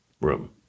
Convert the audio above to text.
room